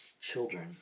children